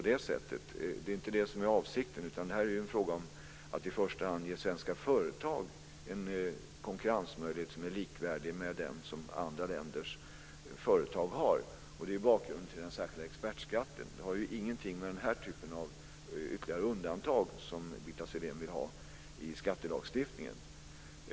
Det är inte heller avsikten, utan det gäller att i första hand ge svenska företag konkurrensmöjligheter som är likvärdiga dem som andra länders företag har. Det är bakgrunden till den särskilda expertskatten, och det har ingenting att göra med den typ av ytterligare undantag som Birgitta Sellén vill ha i skattelagstiftningen.